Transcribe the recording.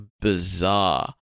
bizarre